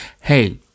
hey